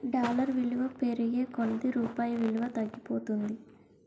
dollar విలువ పెరిగే కొలది రూపాయి విలువ తగ్గిపోతుంది